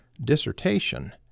dissertation